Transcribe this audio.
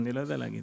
שוב,